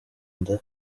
nda